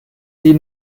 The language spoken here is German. sie